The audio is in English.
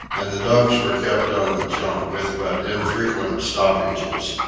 and the dogs were kept on the jump, with but infrequent stoppages.